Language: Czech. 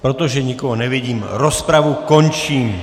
Protože nikoho nevidím, rozpravu končím.